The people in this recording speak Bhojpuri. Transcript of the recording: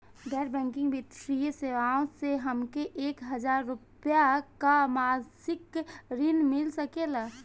गैर बैंकिंग वित्तीय सेवाएं से हमके एक हज़ार रुपया क मासिक ऋण मिल सकेला?